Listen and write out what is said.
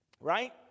Right